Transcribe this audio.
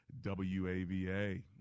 WAVA